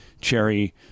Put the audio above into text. cherry